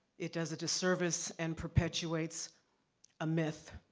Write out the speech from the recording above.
it does a disservice and perpetuates a myth,